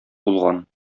булган